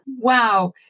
Wow